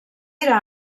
era